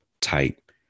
type